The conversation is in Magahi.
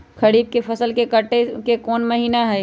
खरीफ के फसल के कटे के कोंन महिना हई?